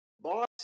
Boss